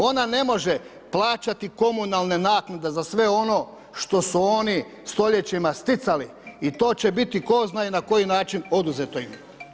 Ona ne može plaćati komunalne naknade za sve ono što su oni stoljećima sticali i to će biti tko zna i na koji način, oduzeto im.